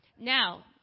Now